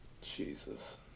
Jesus